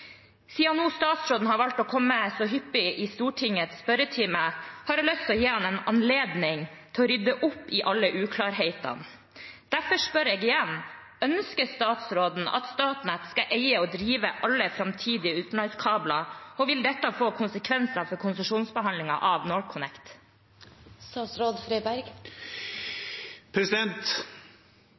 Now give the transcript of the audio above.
Siden statsråden nå har valgt å komme så hyppig i Stortingets spørretime, har jeg lyst til å gi han en anledning til å rydde opp i alle uklarhetene. Derfor spør jeg igjen: Ønsker statsråden at Statnett skal eie og drive alle framtidige utenlandskabler, og vil dette få konsekvenser for konsesjonsbehandlingen av